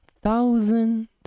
thousand